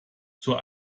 zur